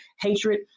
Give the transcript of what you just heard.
hatred